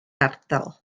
ardal